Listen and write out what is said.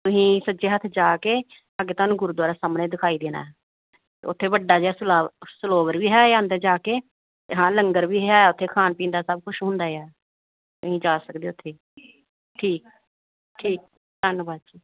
ਤੁਸੀਂ ਸੱਜੇ ਹੱਥ ਜਾ ਕੇ ਅੱਗੇ ਤੁਹਾਨੂੰ ਗੁਰਦੁਆਰਾ ਸਾਹਮਣੇ ਦਿਖਾਈ ਦੇਣਾ ਉੱਥੇ ਵੱਡਾ ਜਿਹਾ ਸਲਾ ਸਰੋਵਰ ਵੀ ਹੈ ਅੰਦਰ ਜਾ ਕੇ ਹਾਂ ਲੰਗਰ ਵੀ ਹੈ ਉੱਥੇ ਖਾਣ ਪੀਣ ਦਾ ਸਭ ਕੁਛ ਹੁੰਦਾ ਆ ਤੁਸੀਂ ਜਾ ਸਕਦੇ ਹੋ ਉੱਥੇ ਠੀਕ ਠੀਕ ਧੰਨਵਾਦ ਜੀ